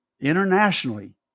internationally